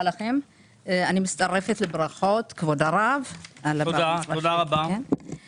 אני מצטרפת לברכות כבוד הרב על בר המצווה של הנכד.